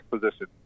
position